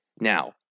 Now